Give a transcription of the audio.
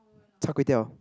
Char-Kway-Teow